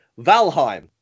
Valheim